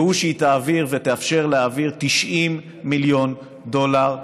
והוא שהיא תעביר ותאפשר להעביר 90 מיליון דולר,